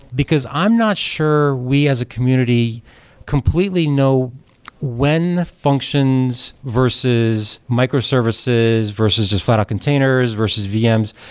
because i'm not sure we as a community completely know when functions versus microservices versus just flat out containers versus vms,